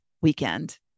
weekend